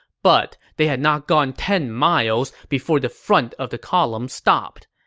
but they had not gone ten miles before the front of the column stopped.